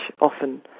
often